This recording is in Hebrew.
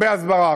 הרבה הסברה.